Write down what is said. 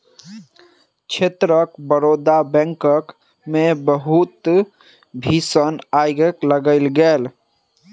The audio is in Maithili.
क्षेत्रक बड़ौदा बैंकक मे बहुत भीषण आइग लागि गेल